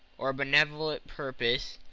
or benevolent purpose,